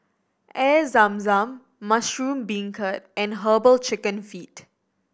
Air Zam Zam mushroom beancurd and Herbal Chicken Feet